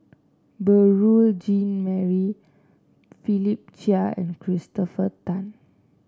Beurel Jean Marie Philip Chia and Christopher Tan